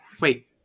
Wait